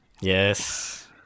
Yes